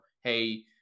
Hey